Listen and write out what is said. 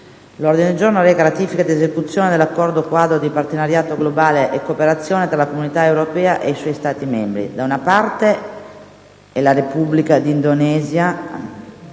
una nuova finestra") ***Ratifica ed esecuzione dell'Accordo quadro di partenariato globale e cooperazione tra la Comunità europea e i suoi Stati membri,